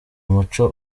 muco